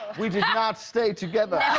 we did not stay together.